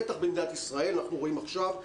בטח במדינת ישראל אנחנו רואים עכשיו,